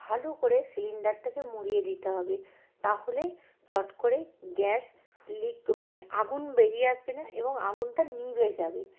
ভালো করে সিলিন্ডারটাকে মুড়িয়ে দিতে হবে তাহলে চট করে গ্যাস লিক মানে আগুন বেরিয়ে আসবে না এবং আগুনটা নিবে যাবে